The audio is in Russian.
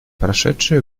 прошедшие